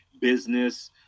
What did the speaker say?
business